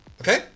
Okay